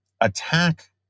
attack